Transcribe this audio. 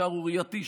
השערורייתי,